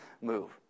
move